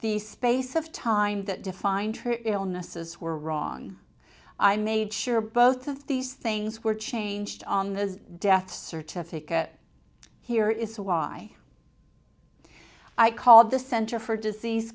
the space of time that defined her illnesses were wrong i made sure both of these things were changed on the death certificate here is why i called the center for disease